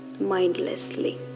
mindlessly